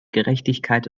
gerechtigkeit